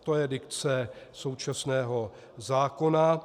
To je dikce současného zákona.